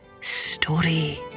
story